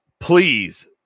please